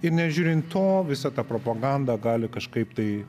ir nežiūrint to visa ta propaganda gali kažkaip tai